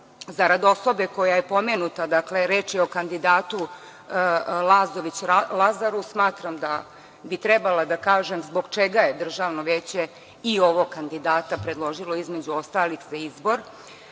zarad osobe koja je pomenuta. Reč je o kandidatu Lazović Lazaru. Smatram da bih trebala da kažem zbog čega je Državno veće i ovog kandidata predložilo između ostalih za izbor.